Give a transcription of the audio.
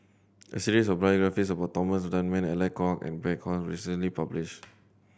a series of biographies about Thomas Dunman Alec Kuok and Bey Hua Heng was recently published